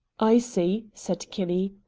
i see, said kinney.